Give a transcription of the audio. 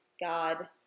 God